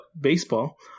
baseball